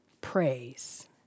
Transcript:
Praise